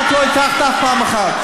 את לא הטרחת אף פעם אחת.